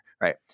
right